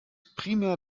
primär